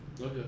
Okay